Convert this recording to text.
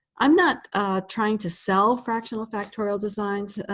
i'm not trying to sell fractional factorial designs,